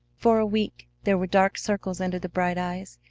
for a week there were dark circles under the bright eyes,